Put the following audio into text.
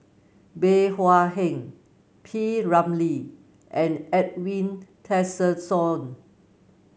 Bey Hua Heng P Ramlee and Edwin Tessensohn